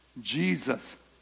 Jesus